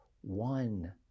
one